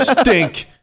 stink